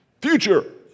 Future